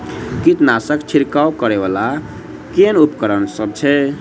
कीटनासक छिरकाब करै वला केँ उपकरण सब छै?